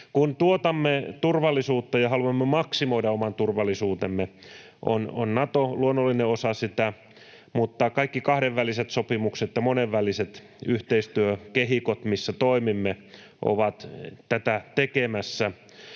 Kun tuotamme turvallisuutta ja haluamme maksimoida oman turvallisuutemme, on Nato luonnollinen osa sitä, mutta kaikki kahdenväliset sopimukset ja monenväliset yhteistyökehikot, missä toimimme, ovat tätä tekemässä.